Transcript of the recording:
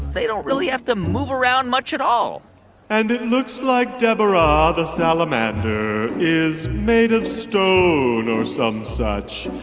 they don't really have to move around much at all and it looks like deborah the salamander is made of stone or some such.